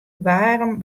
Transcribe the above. waarm